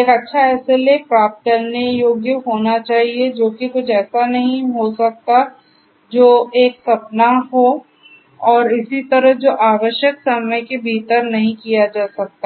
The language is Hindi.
एक अच्छा SLA प्राप्त करने योग्य होना चाहिए जो कि कुछ ऐसा नहीं हो सकता है जो एक सपना है और इसी तरह जो आवश्यक समय के भीतर नहीं किया जा सकता है